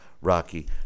Rocky